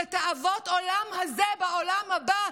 לתאוות העולם הזה בעולם הבא,